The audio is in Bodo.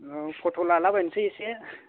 औ फट' लालाबायनसै एसे